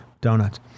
donuts